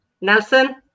Nelson